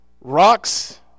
Rocks